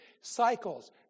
Cycles